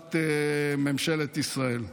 נחלת ממשלת ישראל.